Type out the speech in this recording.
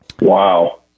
Wow